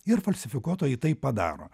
ir falsifikuotojai tai padaro